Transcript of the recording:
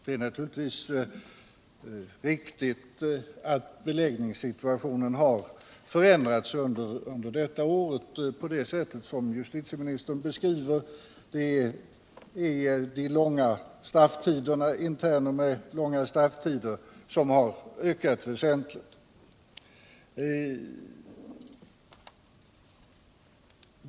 Det är naturligtvis riktigt att beläggningssituationen har förändrats under detta år på det sätt som justitieministern beskriver — antalet interner med långa strafftider har ökat väsentligt vilket ger vissa svårigheter att bedöma framtiden.